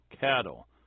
cattle